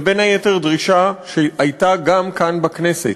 ובין היתר דרישה שהייתה גם כאן בכנסת.